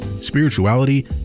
spirituality